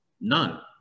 None